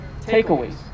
takeaways